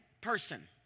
person